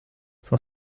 son